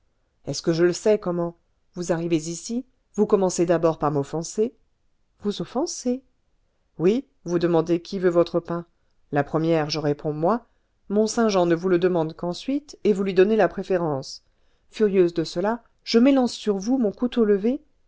est-ce que je le sais comment vous arrivez ici vous commencez d'abord par m'offenser vous offenser oui vous demandez qui veut votre pain la première je réponds moi mont-saint-jean ne vous le demande qu'ensuite et vous lui donnez la préférence furieuse de cela je m'élance sur vous mon couteau levé